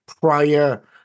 prior